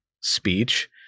speech